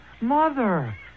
Mother